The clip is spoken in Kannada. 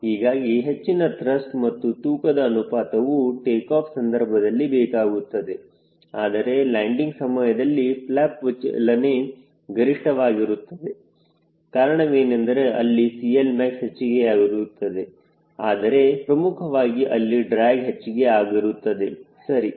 ಹೀಗಾಗಿ ಹೆಚ್ಚಿನ ತ್ರಸ್ಟ್ ಮತ್ತು ತೂಕದ ಅನುಪಾತವು ಟೇಕಾಫ್ ಸಂದರ್ಭದಲ್ಲಿ ಬೇಕಾಗುತ್ತದೆ ಆದರೆ ಲ್ಯಾಂಡಿಂಗ್ ಸಮಯದಲ್ಲಿ ಫ್ಲಪ್ ವಿಚಲನೆ ಗರಿಷ್ಠವಾಗಿರುತ್ತದೆ ಕಾರಣವೇನೆಂದರೆ ಅಲ್ಲಿ CLmax ಹೆಚ್ಚಿಗೆಯಾಗಿರುತ್ತದೆ ಆದರೆ ಪ್ರಮುಖವಾಗಿ ಅಲ್ಲಿ ಡ್ರ್ಯಾಗ್ ಹೆಚ್ಚಿಗೆ ಆಗಿರುತ್ತದೆ ಸರಿ